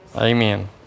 Amen